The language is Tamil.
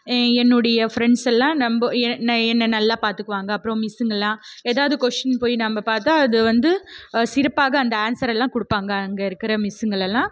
என்னுடைய ஃபிரண்ட்ஸெலாம் என்னை நல்லா பார்த்துக்குவாங்க அப்புறம் மிஸ்சுங்கள்லாம் எதாவது கொஸ்ஸின் போய் நம்ம பார்த்தா அது வந்து சிறப்பாக அந்த ஆன்சர் எல்லாம் கொடுப்பாங்க அங்கே இருக்கிற மிஸ்சுங்கள்லாம்